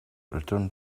return